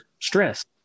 stress